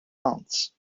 months